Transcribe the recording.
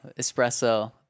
Espresso